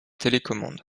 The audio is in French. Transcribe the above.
télécommande